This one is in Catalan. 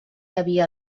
havia